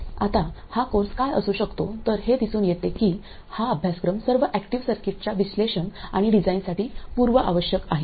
आता हा कोर्स काय असू शकतो तर हे दिसून येते की हा अभ्यासक्रम सर्व ऍक्टिव्ह सर्किट्सच्या विश्लेषण आणि डिझाइनसाठी पूर्व आवश्यक आहे